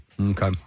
Okay